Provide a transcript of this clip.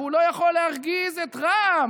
והוא לא יכול להרגיז את רע"מ.